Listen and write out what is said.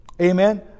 Amen